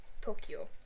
tokyo